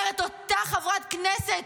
אומרת אותה חברת כנסת